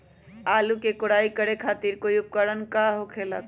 आलू के कोराई करे खातिर कोई उपकरण हो खेला का?